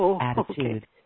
attitude